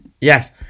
yes